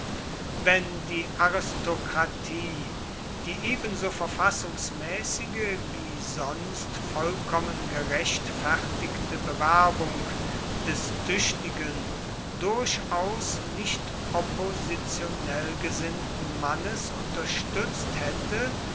wenn die aristokratie die ebenso verfassungsmäßige wie sonst vollkommen gerechtfertigte bewerbung des tüchtigen durchaus nicht oppositionell gesinnten mannes unterstützt hätte